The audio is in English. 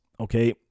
Okay